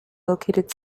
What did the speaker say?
located